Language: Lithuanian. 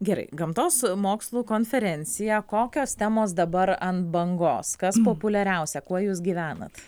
gerai gamtos mokslų konferencija kokios temos dabar ant bangos kas populiariausia kuo jūs gyvenat